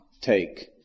take